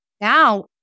Now